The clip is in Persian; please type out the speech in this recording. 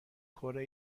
کره